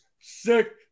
sick